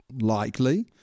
likely